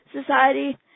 society